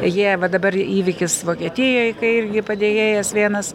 jie va dabar įvykis vokietijoj kai irgi padėjėjas vienas